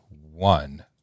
one